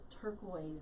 turquoise